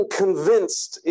convinced